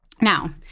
Now